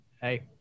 Hey